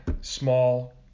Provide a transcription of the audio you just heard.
small